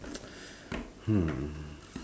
hmm